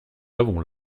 avons